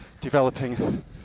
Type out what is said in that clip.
developing